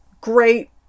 great